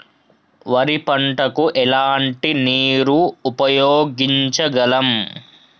వరి పంట కు ఎలాంటి నీరు ఉపయోగించగలం?